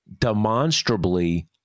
demonstrably